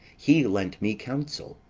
he lent me counsel,